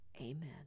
Amen